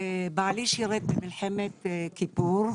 בעלי שירת במלחמת יום כיפור,